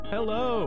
Hello